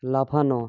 লাফানো